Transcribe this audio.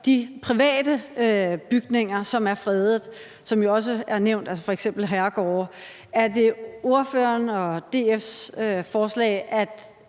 de private bygninger, som er fredet, og som også er nævnt, altså f.eks. herregårde. Er det ordføreren og DF's forslag, at